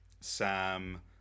sam